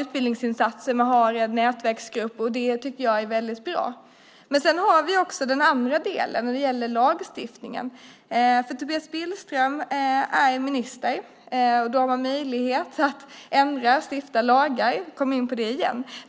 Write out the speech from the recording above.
utbildningsinsatser och nätverksgrupper är bra. Sedan har vi lagstiftningen. Tobias Billström är minister och har möjlighet att ändra och stifta lagar. Jag kommer in på det igen.